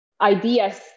ideas